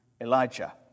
Elijah